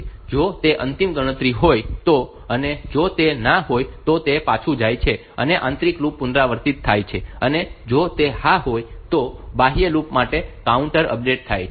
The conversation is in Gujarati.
જો તે અંતિમ ગણતરી હોય તો અને જો તે ના હોય તો તે પાછું જાય છે અને આંતરિક લૂપ પુનરાવર્તિત થાય છે અને જો તે હા હોય તો બાહ્ય લૂપ માટેનું કાઉન્ટર અપડેટ થાય છે